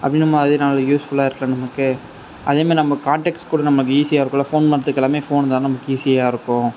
அப்படி நம்ம அதே நாளைக்கு யூஸ் ஃபுல்லாக இருக்கும் நமக்கு அதே மாதிரி அவங்க கான்டக்ட்ஸ் கூட நமக்கு ஈஸியாக இருக்குமில ஃபோன் பண்ணுறத்துக்கு எல்லாமே ஃபோன் இருந்தால் தான் நமக்கு ஈஸியாக இருக்கும்